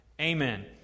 Amen